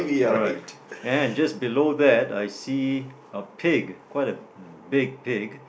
alright and just below that I see a pig quite a big pig